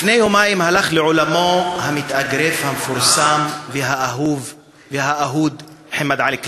לפני יומיים הלך לעולמו המתאגרף המפורסם והאהוב והאהוד מוחמד עלי,